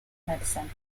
medicine